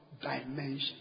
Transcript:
dimension